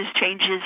changes